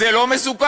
זה לא מסוכן?